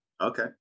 Okay